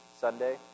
Sunday